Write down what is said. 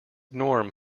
norm